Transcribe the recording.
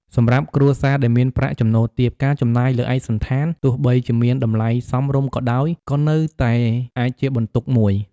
សម្រាប់គ្រួសារដែលមានប្រាក់ចំណូលទាប ការចំណាយលើឯកសណ្ឋាន ទោះបីជាមានតម្លៃសមរម្យក៏ដោយ ក៏នៅតែអាចជាបន្ទុកមួយ។